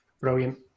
Brilliant